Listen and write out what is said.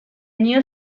new